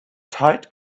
tight